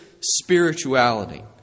Spirituality